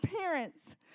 parents